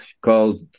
called